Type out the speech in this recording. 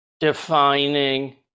defining